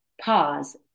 pause